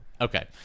Okay